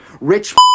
rich